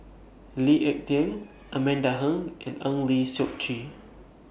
Lee Ek Tieng Amanda Heng and Eng Lee Seok Chee